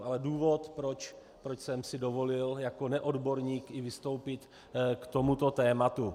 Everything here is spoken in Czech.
Ale důvod, proč jsem si dovolil jako neodborník i vystoupit k tomuto tématu.